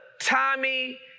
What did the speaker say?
Tommy